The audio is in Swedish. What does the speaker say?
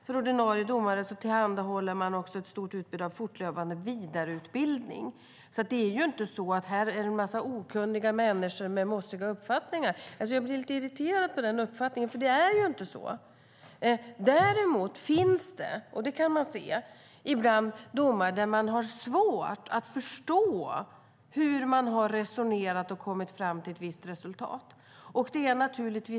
För ordinarie domare tillhandahåller man ett stort utbud av fortlöpande vidareutbildning. Det är alltså inte så att det är en massa okunniga människor med mossiga uppfattningar. Jag blir lite irriterad på den uppfattningen, för det är inte så. Däremot finns det - det kan man se - ibland domar där det är svårt att förstå hur man har resonerat och kommit fram till ett visst resultat.